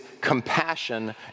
compassion